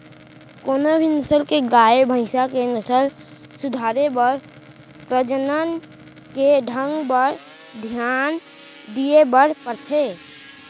कोनों भी नसल के गाय, भईंस के नसल सुधारे बर प्रजनन के ढंग बर धियान दिये बर परथे